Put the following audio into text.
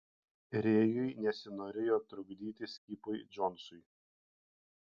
rėjui nesinorėjo trukdyti skipui džonsui